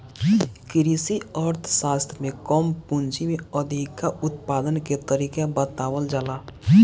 कृषि अर्थशास्त्र में कम पूंजी में अधिका उत्पादन के तरीका बतावल जाला